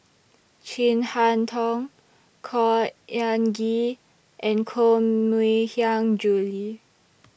Chin Harn Tong Khor Ean Ghee and Koh Mui Hiang Julie